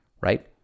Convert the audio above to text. right